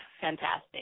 fantastic